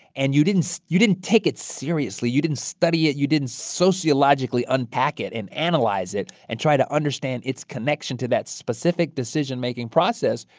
and you didn't you didn't take it seriously, you didn't study it, you didn't sociologically unpack it and analyze it and try to understand its connection to that specific decision-making process,